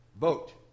Vote